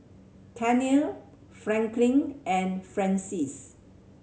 Tennille Franklyn and Frances